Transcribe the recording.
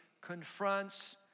confronts